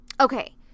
Okay